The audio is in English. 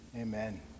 Amen